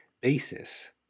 basis